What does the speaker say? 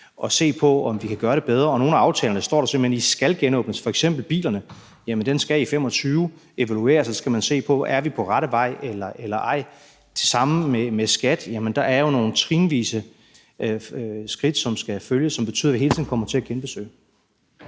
at se på, om vi kan gøre det bedre. Og i nogle af aftalerne står der simpelt hen, at de skal genåbnes, f.eks. bilaftalen – den skal i 2025 evalueres, og så skal man se på, om vi er på rette vej eller ej. Det samme gælder skatteaftalen; der er jo nogle trinvise skridt, som skal følges, og som betyder, at vi hele tiden kommer til at genbesøge